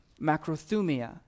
macrothumia